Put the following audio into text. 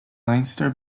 leinster